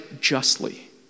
justly